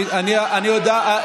למה לא מהמקום?